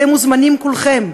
אתם מוזמנים כולכם.